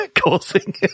causing